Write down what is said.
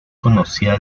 conocida